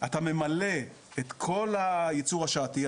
אתה ממלא את כל הייצור השעתי.